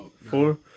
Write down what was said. Four